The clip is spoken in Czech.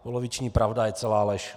Poloviční pravda je celá lež!